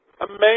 Amazing